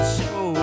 show